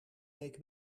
week